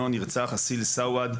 שבגינו נרצח אסיל סואעד,